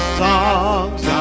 songs